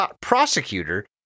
prosecutor